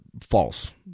false